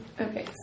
Okay